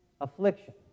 affliction